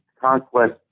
conquest